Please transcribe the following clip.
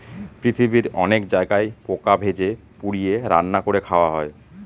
পৃথিবীর অনেক জায়গায় পোকা ভেজে, পুড়িয়ে, রান্না করে খাওয়া হয়